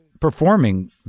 performing